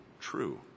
true